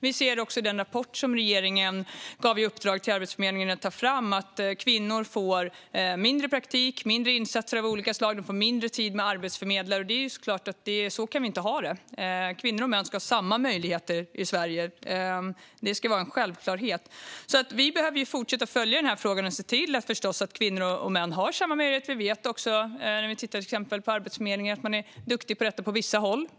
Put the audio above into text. Vi ser också i den rapport som regeringen gav i uppdrag till Arbetsförmedlingen att ta fram att kvinnor får mindre praktik, mindre insatser av olika slag och mindre tid med arbetsförmedlare. Det är klart att så kan vi inte ha det. Kvinnor och män ska ha samma möjligheter i Sverige. Det ska vara en självklarhet. Vi behöver fortsätta att följa frågan och förstås se till att kvinnor och män har samma möjligheter. Vi vet att Arbetsförmedlingen är duktig på detta på vissa håll.